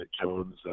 Jones